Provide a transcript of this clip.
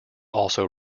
also